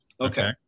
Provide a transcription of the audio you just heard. okay